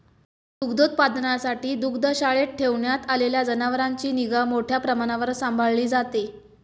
दुग्धोत्पादनासाठी दुग्धशाळेत ठेवण्यात आलेल्या जनावरांची निगा मोठ्या प्रमाणावर सांभाळली जाते